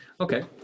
Okay